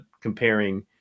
comparing